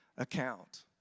account